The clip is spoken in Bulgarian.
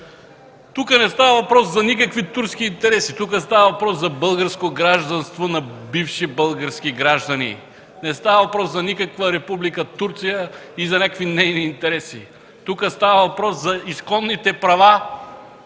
Тук не става въпрос за никакви турски интереси. Тук става въпрос за българско гражданство на бивши български граждани. Не става въпрос за никаква Република Турция и за някакви нейни интереси. Тук става въпрос за исконните права